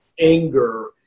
anger